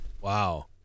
Wow